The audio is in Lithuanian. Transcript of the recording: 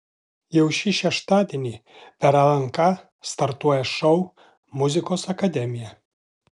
jau šį šeštadienį per lnk startuoja šou muzikos akademija